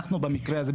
במקרה הזה,